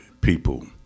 people